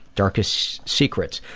darkest secrets?